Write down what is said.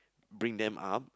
bring them up